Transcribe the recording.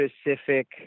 specific